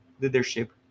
Leadership